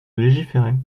légiférer